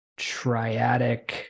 triadic